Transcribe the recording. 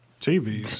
TVs